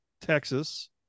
Texas